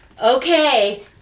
Okay